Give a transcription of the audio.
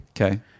Okay